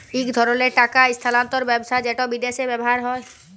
ইক ধরলের টাকা ইস্থালাল্তর ব্যবস্থা যেট বিদেশে ব্যাভার হ্যয়